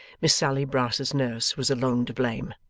miss sally brass's nurse was alone to blame.